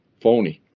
phony